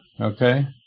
okay